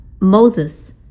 Moses